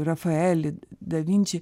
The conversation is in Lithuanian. rafaelį da vinčį